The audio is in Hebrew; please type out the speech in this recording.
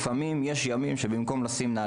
לצערי יש ימים בהם במקום ללבוש את בגדי